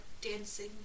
dancing